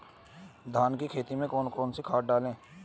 धान की खेती में कौन कौन सी खाद डालें?